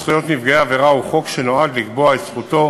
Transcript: חוק זכויות נפגעי עבירה הוא חוק שנועד לקבוע את זכותו